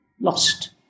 lost